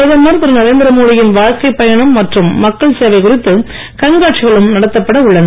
பிரதமர் திரு நரேந்திரமோடியின் வாழ்க்கைப் பயணம் மற்றும் மக்கள் சேவை குறித்து கண்காட்சிகளும் நடத்தப்பட உள்ளன